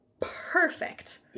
perfect